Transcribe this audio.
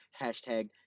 hashtag